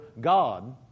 god